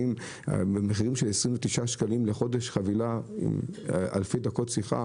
מחירים של 29 שקלים לחודש לחבילה עם אלפי דקות שיחה,